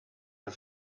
and